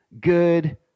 good